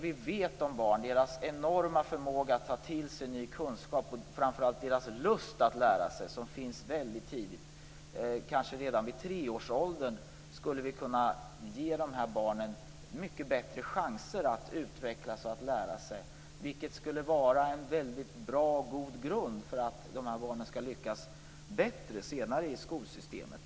Vi vet att barn har en enorm förmåga att ta till sig ny kunskap. De har framför allt väldigt tidigt en lust att lära sig. Vi skulle kanske redan i treårsåldern kunna ge barnen mycket bättre chanser till lärande och utveckling. Det skulle vara en väldigt god grund för att barnen skall kunna lyckas bättre längre fram i skolsystemet.